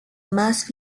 más